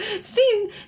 seen